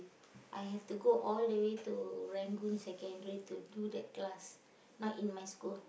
I have to go all the way to Rangoon secondary to do that class not in my school